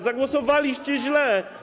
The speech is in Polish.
Zagłosowaliście źle.